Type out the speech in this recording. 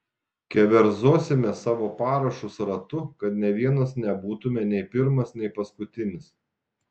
keverzosime savo parašus ratu kad nė vienas nebūtume nei pirmas nei paskutinis